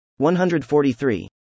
143